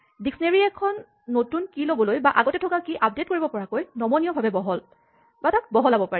ডিস্কনেৰীঅভিধানএখন নতুন কীচাবি ল'বলৈ বা আগতে থকা কীচাবি আপডেট কৰিব পৰাকৈ নমনীয় ভাৱে বহলাব পাৰি